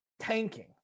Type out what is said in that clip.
tanking